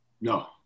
No